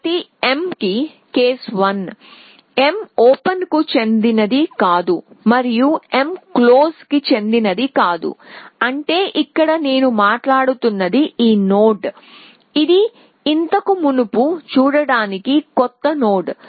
For each m case 1 m ఓపెన్కు చెందినది కాదు మరియు m క్లోజ్కు చెందినది కాదు అంటే ఇక్కడ నేను మాట్లాడుతున్నది ఈ నోడ్ ఇది ఇంతకు మునుపు చూడని కొత్త నోడ్